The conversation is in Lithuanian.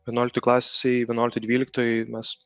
vienuoliktoj klasėj vienuoliktoj dvyliktoj mes